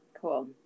cool